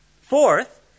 Fourth